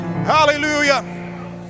Hallelujah